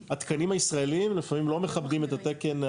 התקנים הישראלים לפעמים לא מכבדים את התקן,